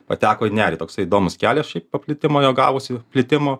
pateko į nerį toksai įdomus kelias šiaip paplitimo jo gavosi plitimo